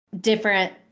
different